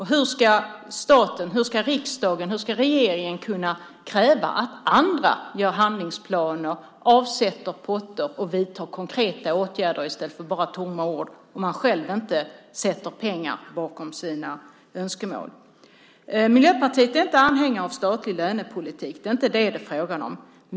Hur ska staten, riksdagen, regeringen kunna kräva att andra gör handlingsplaner, avsätter potter och vidtar konkreta åtgärder i stället för att bara använda tomma ord om man själv inte sätter pengar bakom sina önskemål? Miljöpartiet är inte anhängare av statlig lönepolitik. Det är inte det som det är fråga om.